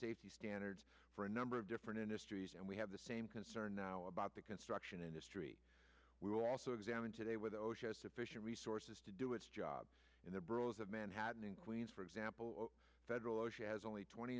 safety standards for a number of different industries and we have the same concern now about the construction industry we will also examine today with osha has sufficient resources to do its job in the borough of manhattan in queens for example federal osha has only twenty